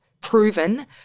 proven